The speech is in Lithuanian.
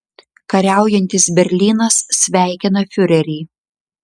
kariaujantis berlynas sveikina fiurerį